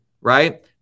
right